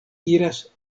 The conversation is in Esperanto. iras